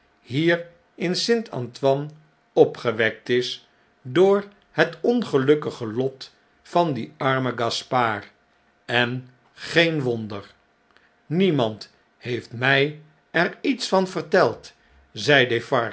hier in st antoine opgewekt is door het ongelukkige lot van dien armen gaspard en geen wonder niemand heeft mij er iets van verteld